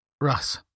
Russ